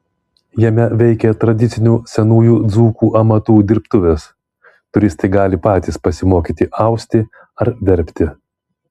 jame veikia tradicinių senųjų dzūkų amatų dirbtuvės turistai gali patys pasimokyti austi ar verpti